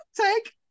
take